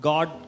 God